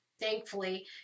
thankfully